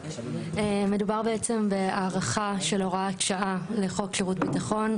מדובר בהארכה של הוראת שעה לחוק שירות ביטחון,